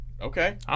Okay